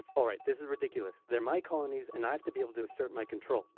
alright, this is ridiculous. they're my colonies and i have to be able to assert my control.